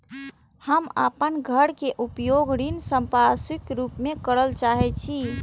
हम अपन घर के उपयोग ऋण संपार्श्विक के रूप में करल चाहि छी